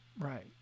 right